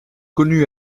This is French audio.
connues